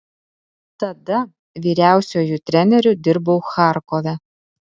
tada vyriausiuoju treneriu dirbau charkove